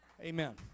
Amen